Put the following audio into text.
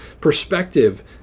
perspective